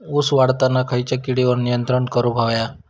ऊस वाढताना खयच्या किडींवर नियंत्रण करुक व्हया?